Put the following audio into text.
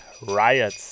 Riots